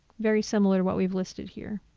very similar to what we've listed here.